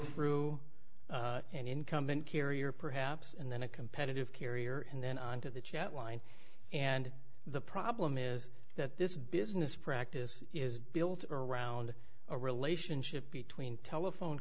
through an incumbent carrier perhaps and then a competitive carrier and then on to that yet line and the problem is that this business practice is built around a relationship between telephone